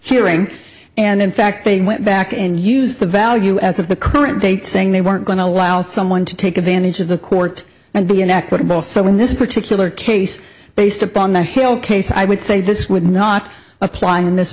trial hearing and in fact they went back and use the value as of the current date saying they weren't going to allow someone to take advantage of the court and be an equitable so in this particular case based upon the hill case i would say this would not apply in this